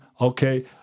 Okay